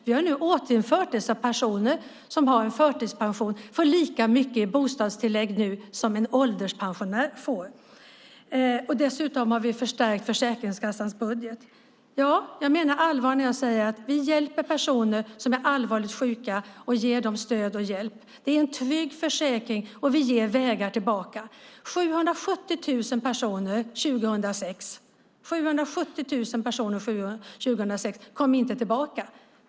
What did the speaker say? Vi har nu ändrat detta så att pensionärer med förtidspension får lika mycket i bostadstillägg som ålderspensionärer. Dessutom har vi förstärkt Försäkringskassans budget. Jag menar allvar när jag säger att vi hjälper personer som är allvarligt sjuka och ger dem stöd och hjälp. Det är en trygg försäkring, och vi ger vägar tillbaka. År 2006 var 770 000 personer utestängda och kom inte tillbaka.